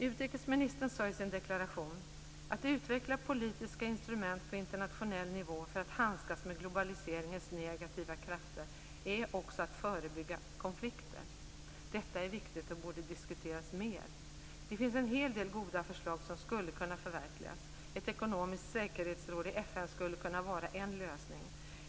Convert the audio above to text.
Utrikesministern sade i sin deklaration: Att utveckla politiska instrument på internationell nivå för att handskas med globaliseringens negativa krafter är också att förebygga konflikter. Detta är viktigt och borde diskuteras mer. Det finns en hel del goda förslag som skulle kunna förverkligas. Ett ekonomiskt säkerhetsråd i FN skulle kunna vara en lösning.